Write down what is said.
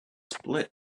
split